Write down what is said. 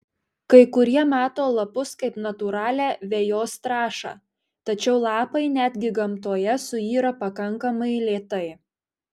kai kurie mato lapus kaip natūralią vejos trąšą tačiau lapai netgi gamtoje suyra pakankamai lėtai